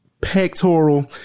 pectoral